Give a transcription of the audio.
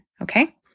okay